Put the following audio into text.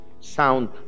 Sound